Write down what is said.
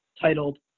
titled